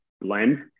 blend